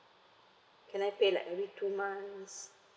can I pay like every two months